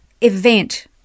event